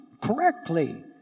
correctly